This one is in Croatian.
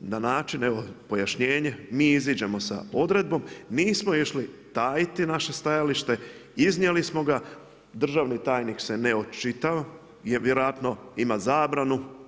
da način, evo pojašnjenje, mi iziđemo s odredbom, nismo išli tajiti naše stajalište, iznijeli smo ga, državni tajnik se ne očitava, jer vjerojatno ima zabranu.